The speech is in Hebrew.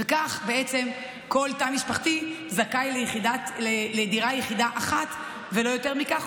וכך בעצם כל תא משפחתי זכאי לדירה יחידה אחת ולא יותר מכך,